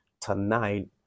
tonight